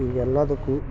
ಈಗ ಎಲ್ಲದಕ್ಕೂ